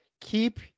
keep